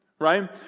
right